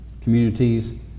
communities